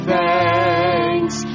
thanks